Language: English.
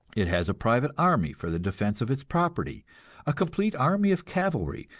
it has a private army for the defense of its property a complete army of cavalry,